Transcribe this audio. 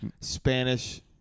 Spanish